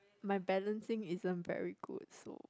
my balancing isn't very good so